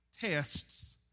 tests